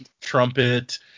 Trumpet